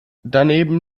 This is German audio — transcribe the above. daneben